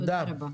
תודה.